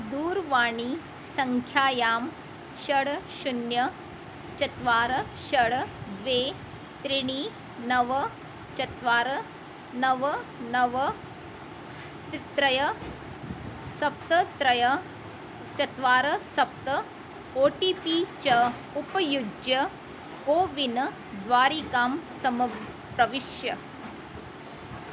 दूरवाणीसङ्ख्यायां षड् शून्यं चत्वारि षड् द्वे त्रीणि नव चत्वारि नव नव त्रयं सप्त त्रयं चत्वारि सप्त ओ टि पि च उपयुज्य कोविन द्वारिकां सम्प्रविश्य